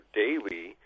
daily